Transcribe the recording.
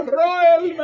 royal